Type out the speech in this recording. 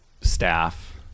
staff